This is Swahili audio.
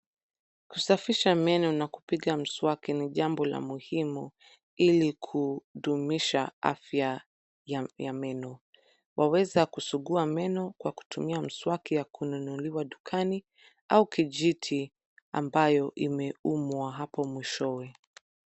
Kusafisha meno na kupiga mswaki ni jambo la muhimu ili kudumisha afya ya meno. Waweza kusugua meno kwa kutumia mswaki wa kununuliwa dukani au kijiti ambayo imeumwa hapo mwishoni.